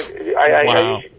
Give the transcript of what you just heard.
Wow